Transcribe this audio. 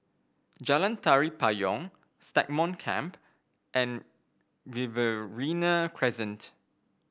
Jalan Tari Payong Stagmont Camp and Riverina Crescent